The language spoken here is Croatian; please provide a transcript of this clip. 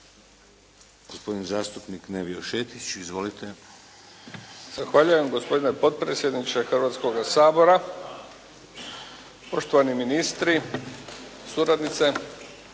Gospodin zastupnik Nevio Šetić. Izvolite. **Šetić, Nevio (HDZ)** Zahvaljujem gospodine potpredsjedniče Hrvatskoga sabora, poštovani ministri, suradnice,